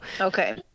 okay